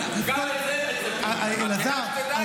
גם לזה הם מצפים ממך.